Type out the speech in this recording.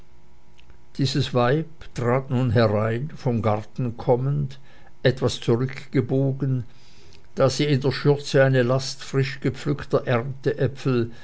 dies weib trat nun herein vom garten kommend etwas zurückgebogen da sie in der schürze eine last